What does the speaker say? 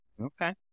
Okay